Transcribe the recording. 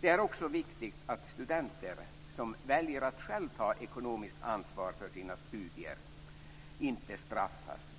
Det är också viktigt att studenter som väljer att själva ta ekonomiskt ansvar för sina studier inte straffas.